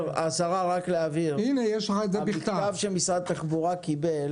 שהיה לי חשוב יותר לקדם את הנושא של התחבורה הציבורית ואז